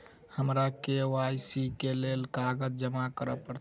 हमरा के.वाई.सी केँ लेल केँ कागज जमा करऽ पड़त?